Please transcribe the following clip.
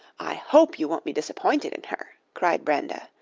i hope you won't be disappointed in her, cried brenda,